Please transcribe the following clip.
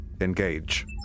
engage